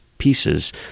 pieces